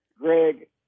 Greg